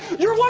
your